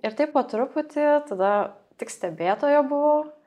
ir taip po truputį tada tik stebėtoja buvau